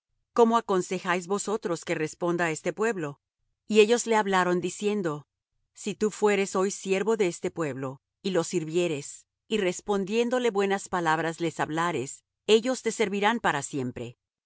cómo aconsejáis vosotros que responda á este pueblo y ellos le hablaron diciendo si tú fueres hoy siervo de este pueblo y lo sirvieres y respondiéndole buenas palabras les hablares ellos te servirán para siempre